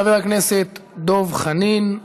חבר הכנסת דב חנין,